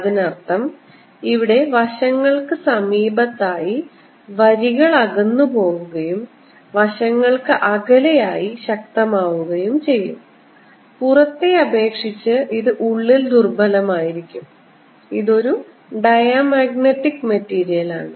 അതിനർത്ഥം ഇവിടെ വശങ്ങൾക്ക് സമീപത്തായി വരികൾ അകന്നു പോവുകയും വശങ്ങൾക്ക് അകലെയായി ശക്തമാവുകയും ചെയ്യും പുറത്തെ അപേക്ഷിച്ച് ഇത് ഉള്ളിൽ ദുർബലമായിരിക്കും ഇത് ഒരു ഡയമാഗ്നറ്റിക് മെറ്റീരിയലാണ്